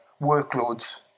workloads